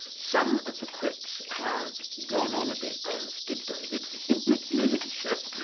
some of the critics have gone on a bit, as did david in the movie show,